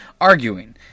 arguing